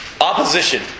Opposition